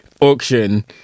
auction